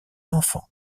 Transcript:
enfant